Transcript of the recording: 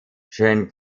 chen